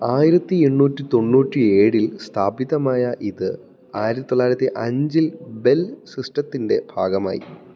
ആയിരത്തി എണ്ണൂറ്റി തൊണ്ണൂറ്റി ഏഴിൽ സ്ഥാപിതമായ ഇത് ആയിരത്തി തൊള്ളായിരത്തി അഞ്ചിൽ ബെൽ സിസ്റ്റത്തിന്റെ ഭാഗമായി